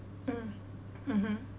mm mmhmm